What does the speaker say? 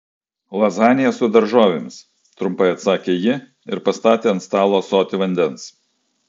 lazanija su daržovėmis trumpai atsakė ji ir pastatė ant stalo ąsotį vandens